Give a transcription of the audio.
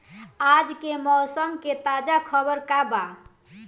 आज के मौसम के ताजा खबर का बा?